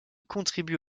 contribue